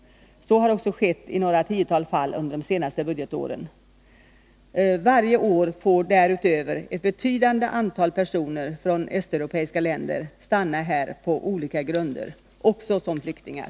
Så har också skett i några tiotal fall under de senaste budgetåren. Varje år får därutöver ett betydande antal personer från östeuropeiska länder stanna här på olika grunder, också som flyktingar.